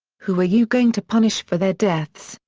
who are you going to punish for their deaths,